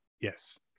Yes